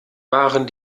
waren